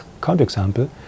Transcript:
counterexample